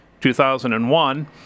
2001